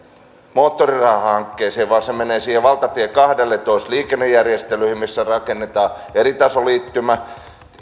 moottoriratahankkeeseen vaan se menee valtatie kahdelletoista liikennejärjestelyihin missä rakennetaan eritasoliittymä